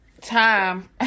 Time